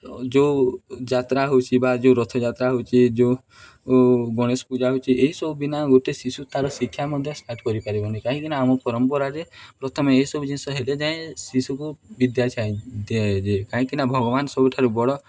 ଯେଉଁ ଯାତ୍ରା ହେଉଛି ବା ଯେଉଁ ରଥଯାତ୍ରା ହେଉଛି ଯେଉଁ ଗଣେଶ ପୂଜା ହେଉଛି ଏହିସବୁ ବିନା ଗୋଟେ ଶିଶୁ ତା'ର ଶିକ୍ଷା ମଧ୍ୟ ଷ୍ଟାର୍ଟ୍ କରିପାରିବନି କାହିଁକିନା ଆମ ପରମ୍ପରାରେ ପ୍ରଥମେ ଏସବୁ ଜିନିଷ ହେଲେ ଯାଇ ଶିଶୁକୁ ବିଦ୍ୟା କାହିଁକିନା ଭଗବାନ ସବୁଠାରୁ ବଡ଼